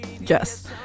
Yes